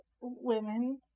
women